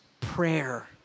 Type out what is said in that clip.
prayer